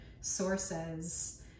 sources